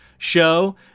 Show